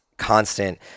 Constant